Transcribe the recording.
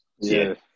Yes